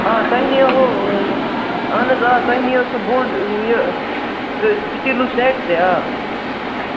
آ تۄہہِ نِیووٕ اَہن حظ آ تۄہہِ نِیو سُہ بوٚڈ یہِ سُہ سِٹیٖلوٗ سیٚٹ تہِ آ